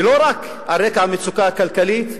ולא רק על רקע המצוקה הכלכלית,